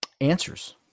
answers